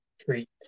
treat